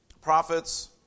prophets